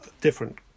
different